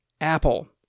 Apple